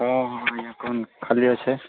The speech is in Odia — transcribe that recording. ହଁ ହଁ ଆଜ୍ଞା କୁହନ୍ତୁ ଖାଲି ଅଛି